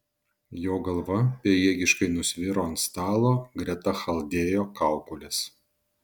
jo galva bejėgiškai nusviro ant stalo greta chaldėjo kaukolės